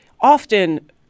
often